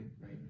right